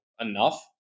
enough